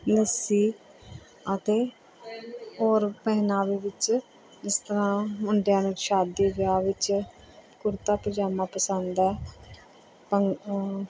ਲੱਸੀ ਅਤੇ ਔਰ ਪਹਿਨਾਵੇ ਵਿੱਚ ਜਿਸ ਤਰ੍ਹਾਂ ਮੁੰਡਿਆਂ ਨੂੰ ਸ਼ਾਦੀ ਵਿਆਹ ਵਿੱਚ ਕੁੜਤਾ ਪਜਾਮਾ ਪਸੰਦ ਹੈ ਭੰਗੜਾ